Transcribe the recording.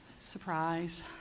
surprise